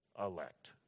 elect